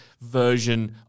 version